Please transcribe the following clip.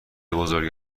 بزرگ